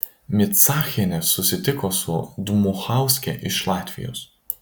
micachienė susitiko su dmuchauske iš latvijos